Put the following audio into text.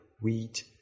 wheat